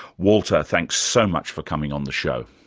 walter thanks so much for coming on the show.